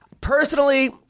Personally